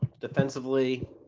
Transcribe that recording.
defensively